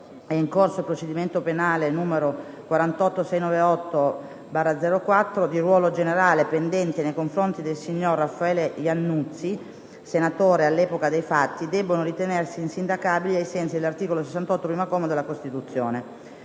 in corso il procedimento penale n. 48698/04 RGNR - n. 20/07 e str. 2345/07 RG GIP, pendente nei confronti del signor Raffaele Iannuzzi, senatore all'epoca dei fatti, debbono ritenersi insindacabili ai sensi dell'articolo 68, primo comma, della Costituzione